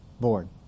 born